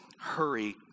hurry